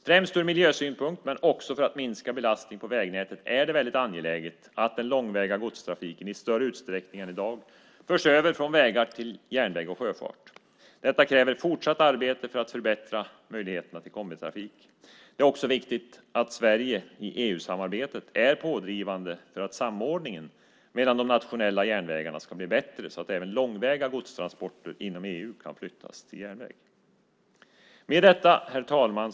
Främst ur miljösynpunkt men också för att minska belastningen på vägnätet är det väldigt angeläget att den långväga godstrafiken i större utsträckning än i dag förs över från vägar till järnväg och sjöfart. Detta kräver fortsatt arbete för att förbättra möjligheterna för kombitrafik. Det är också viktigt att Sverige i EU-samarbetet är pådrivande för att samordningen mellan de nationella järnvägarna ska bli bättre så att även långväga godstransporter inom EU kan flyttas till järnväg. Herr talman!